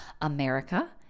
America